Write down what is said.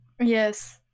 yes